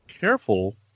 Careful